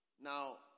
Now